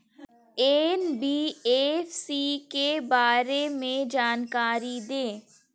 NBFC के बारे में जानकारी दें?